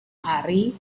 hari